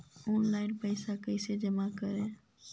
Online पैसा कैसे जमा करे?